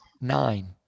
nine